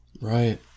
Right